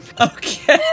Okay